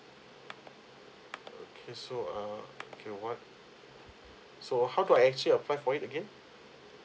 okay err okay what so how do I actually apply for it again